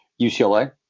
UCLA